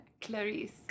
Clarice